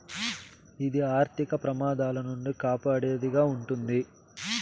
ఇది ఆర్థిక ప్రమాదాల నుండి కాపాడేది గా ఉంటది